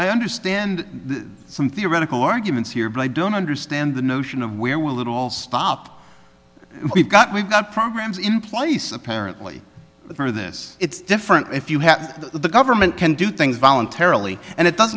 i understand some theoretical arguments here but i don't understand the notion of where will it all stop we've got we've got programs in place apparently through this it's different if you have the government can do things voluntarily and it does